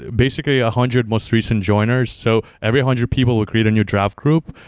basically a hundred most recent joiners. so every hundred people, we'll create a new draft group.